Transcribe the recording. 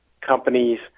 companies